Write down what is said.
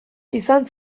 izan